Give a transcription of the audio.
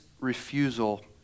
refusal